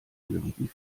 irgendwie